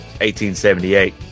1878